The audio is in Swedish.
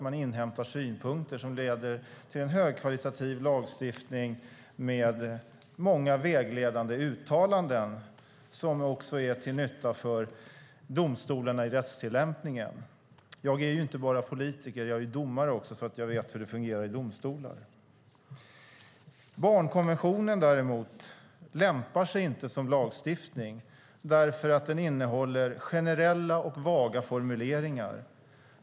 Man inhämtar synpunkter som leder till en högkvalitativ lagstiftning med många vägledande uttalanden, som också är till nytta för domstolarna i rättstillämpningen. Jag är inte bara politiker. Jag är domare också, så jag vet hur det fungerar i domstolar. Barnkonventionen, däremot, lämpar sig inte som lagstiftning, för den innehåller generella och vaga formuleringar.